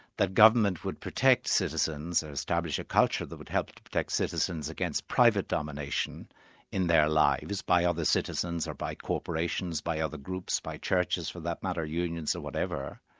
that government would protect citizens and establish a culture that would help protect citizens against private domination in their lives, by other citizens, or by corporations, by other groups, by churches for that matter, unions, or whatever.